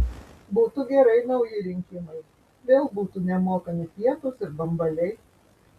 būtų gerai nauji rinkimai vėl būtų nemokami pietūs ir bambaliai